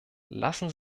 lassen